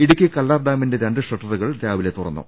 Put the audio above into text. ഇടുക്കി കല്ലാർ ഡാമിന്റെ രണ്ട് ഷട്ടറുകൾ രാവിലെ തുറ ന്നു